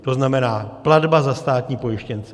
To znamená platba za státní pojištěnce.